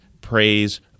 praise